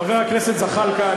חבר הכנסת זחאלקה,